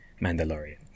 Mandalorian